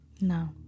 No